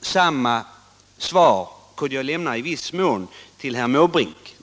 Samma svar kunde jag i viss mån lämna till herr Måbrink.